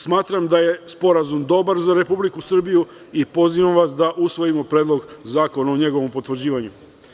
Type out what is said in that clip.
Smatram da je sporazum dobar za Republiku Srbiju i pozivam vas da usvojimo Predlog zakona o njegovom potvrđivanju.